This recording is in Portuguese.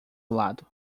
lado